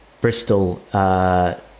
Bristol